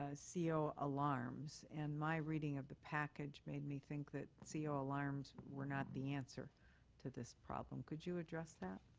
ah so alarms. and my reading of the package made me think that co ah alarms were not the answer to this problem. could you address that?